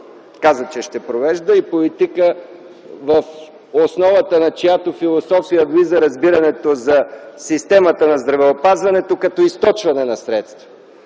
каза, че ще провежда, и политиката, в основата на чиято философия влиза разбирането за системата на здравеопазването като източване на средства